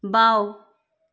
বাওঁ